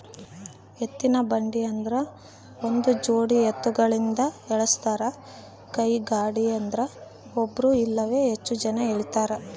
ಎತ್ತಿನಬಂಡಿ ಆದ್ರ ಒಂದುಜೋಡಿ ಎತ್ತುಗಳಿಂದ ಎಳಸ್ತಾರ ಕೈಗಾಡಿಯದ್ರೆ ಒಬ್ರು ಇಲ್ಲವೇ ಹೆಚ್ಚು ಜನ ಎಳೀತಾರ